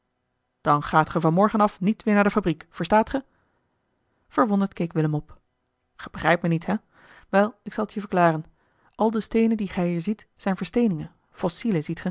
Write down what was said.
dan gaat ge van morgen af niet weer naar de fabriek verstaat ge verwonderd keek willem op ge begrijpt me niet hè wel ik zal het je verklaren al de steenen die gij hier ziet zijn versteeningen fossielen ziet